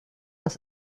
das